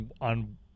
on